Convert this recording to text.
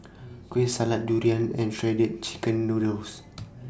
Kueh Salat Durian and Shredded Chicken Noodles